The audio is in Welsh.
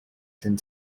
llyn